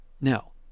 Now